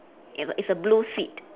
it's a it's a blue seat